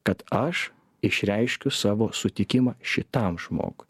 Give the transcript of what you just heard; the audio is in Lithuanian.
kad aš išreiškiu savo sutikimą šitam žmogui